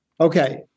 Okay